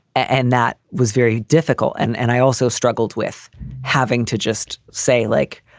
and that was very difficult. and and i also struggled with having to just say like,